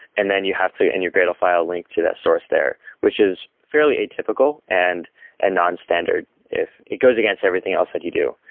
and then you have to in your gradle file link to that source there, which is fairly atypical and and non-standard if it goes against everything else that you do.